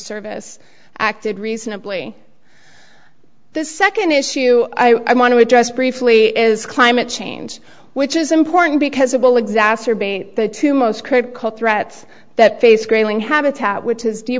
service acted reasonably the second issue i want to address briefly is climate change which is important because it will exacerbate the two most critical threats that face grayling habitat which is